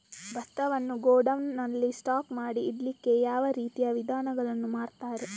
ಭತ್ತವನ್ನು ಗೋಡೌನ್ ನಲ್ಲಿ ಸ್ಟಾಕ್ ಮಾಡಿ ಇಡ್ಲಿಕ್ಕೆ ಯಾವ ರೀತಿಯ ವಿಧಾನಗಳನ್ನು ಮಾಡ್ತಾರೆ?